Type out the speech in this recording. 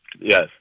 yes